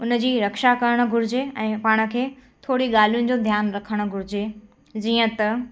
हुनजी रक्षा करणु घुरिजे ऐं पाण खे थोरी ॻाल्हियुंनि जो ध्यानु रखणु घुरिजे जीअं त